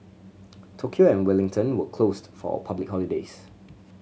Tokyo and Wellington were closed for public holidays